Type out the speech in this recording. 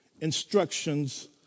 instructions